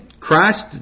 Christ